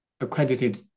accredited